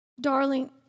darling